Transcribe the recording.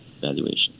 valuation